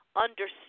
understand